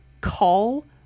call